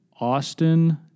Austin